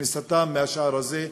בכניסתם מהשער הזה,